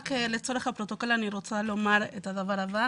לצורך הפרוטוקול אני רוצה לומר את הדבר הבא: